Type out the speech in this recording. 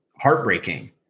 heartbreaking